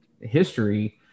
history